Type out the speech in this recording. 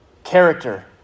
Character